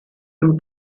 him